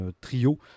trio